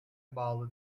bağlı